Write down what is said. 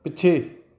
ਪਿੱਛੇ